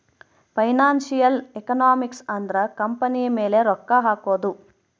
financial economics ಅಂದ್ರ company ಮೇಲೆ ರೊಕ್ಕ ಹಕೋದು